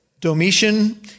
Domitian